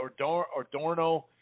Ordorno